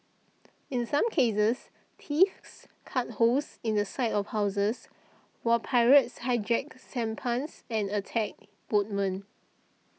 in some cases thieves cut holes in the side of houses while pirates hijacked sampans and attacked boatmen